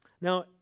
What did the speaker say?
Now